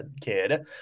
kid